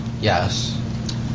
Yes